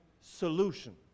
solution